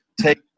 take